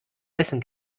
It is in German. essen